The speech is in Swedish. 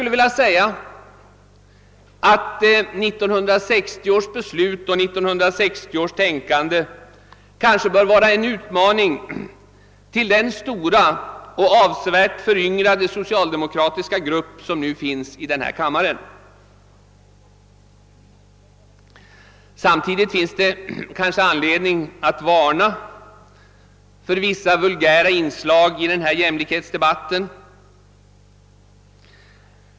1960 års tänkande bör vara en utmaning till den stora, avsevärt föryngrade socialdemokratiska grupp, som nu finns i denna kammare. Samtidigt finns det kanske anledning att varna för vissa vulgära inslag i jämlikhetsdebatten.